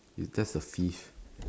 its just a thief